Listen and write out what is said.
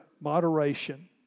moderation